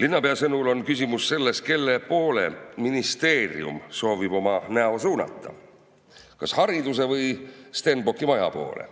Linnapea sõnul on küsimus selles, kelle poole ministeerium soovib oma näo suunata, kas hariduse või Stenbocki maja poole.